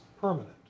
permanent